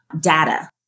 data